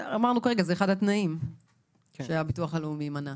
אמרנו כרגע שזה אחד התנאים שהביטוח הלאומי מנה,